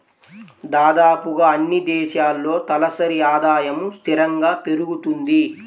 దాదాపుగా అన్నీ దేశాల్లో తలసరి ఆదాయము స్థిరంగా పెరుగుతుంది